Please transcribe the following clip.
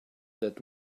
that